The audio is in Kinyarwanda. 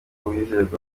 umwizerwa